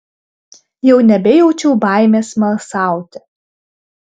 jau nebejaučiau baimės smalsauti